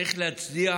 צריך להצדיע